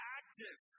active